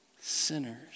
sinners